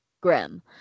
grim